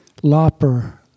Lopper